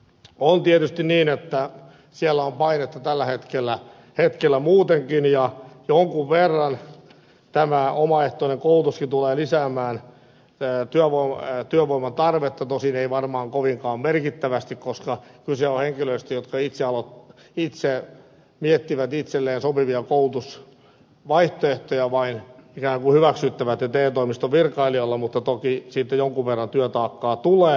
on tietysti niin että siellä on painetta tällä hetkellä muutenkin ja jonkun verran tämä omaehtoinen koulutuskin tulee lisäämään työvoiman tarvetta tosin ei varmaan kovinkaan merkittävästi koska kyse on henkilöistä jotka itse miettivät itselleen sopivia koulutusvaihtoehtoja ja vain ikään kuin hyväksyttävät ne te toimiston virkailijoilla mutta toki siitä jonkun verran työtaakkaa tulee